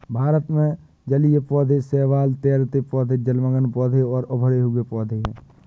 भारत में जलीय पौधे शैवाल, तैरते पौधे, जलमग्न पौधे और उभरे हुए पौधे हैं